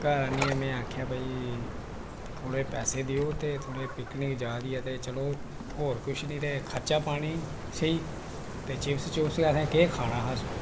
घर आह्नियै में आखेआ भाई थोह्ड़े जेह् पैसे देओ ते पिकनिक जारदी ऐ ते चलो और किश नेईं ते खर्चा पानी सेही ते चिप्स चुप्स ते असें केह् खाना हा स्कूल